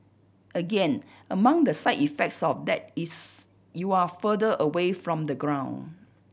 again among the side effects of that is you're further away from the ground